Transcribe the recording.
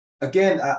again